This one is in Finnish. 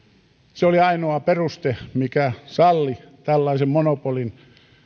se oli ainoa peruste mikä salli tällaisen monopolin